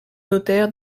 notaires